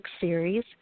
series